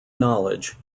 knowledge